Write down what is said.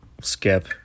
skip